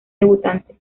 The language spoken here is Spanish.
debutantes